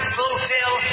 fulfill